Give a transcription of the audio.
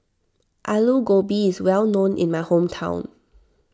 Alu Gobi is well known in my hometown